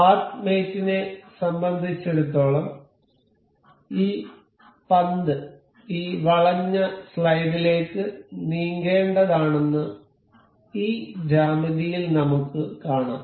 path mate നെ സംബന്ധിച്ചിടത്തോളം ഈ പന്ത് ഈ വളഞ്ഞ സ്ലൈഡിലേക്ക് നീങ്ങേണ്ടതാണെന്ന് ഈ ജ്യാമിതിയിൽ നമുക്ക് കാണാം